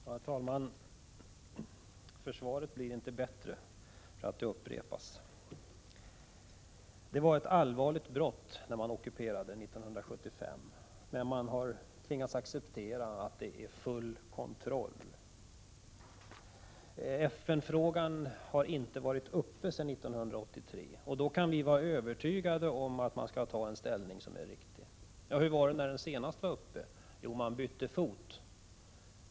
Herr talman! Försvaret härvidlag blir inte bättre för att det upprepas. Det var ett allvarligt brott när Indonesien ockuperade Östra Timor 1975, men man har tvingats acceptera att Indonesien har full kontroll, säger Bengt Silfverstrand. Frågan har inte varit uppe i FN sedan 1983, och när den kommer upp kan vi, enligt Bengt Silfverstrand, vara övertygade om att Sverige skall ta ställning på ett riktigt sätt. Hur var det när frågan senast var uppe? Jo, man bytte fot.